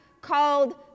called